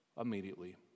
immediately